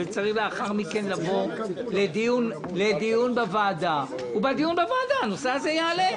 לאחר מכן לבוא לדיון בוועדה ובדיון בוועדה הנושא הזה יעלה.